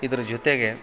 ಇದ್ರ ಜೊತೆಗೆ